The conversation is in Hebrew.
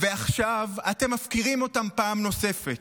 ועכשיו אתם מפקירים אותם פעם נוספת.